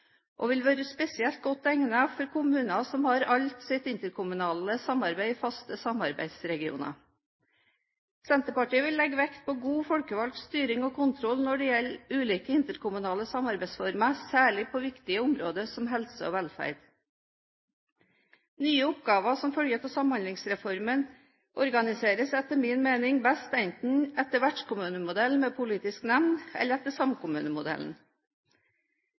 og vil være spesielt godt egnet for kommuner som har alt sitt interkommunale samarbeid i faste samarbeidsregioner. Senterpartiet vil legge vekt på god folkevalgt styring og kontroll når det gjelder ulike interkommunale samarbeidsformer, særlig på viktige områder som helse og velferd. Nye oppgaver som følge av Samhandlingsreformen organiseres etter min mening best enten etter vertskommunemodell med politisk nemnd eller etter samkommunemodellen.